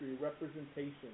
representation